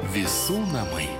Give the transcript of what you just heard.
visų namai